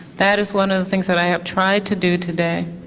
that is one of the things that i have tried to do today.